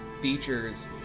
features